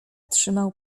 trzymał